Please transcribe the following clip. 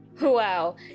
wow